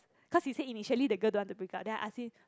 cause he say initially the girl don't want to break up then I ask him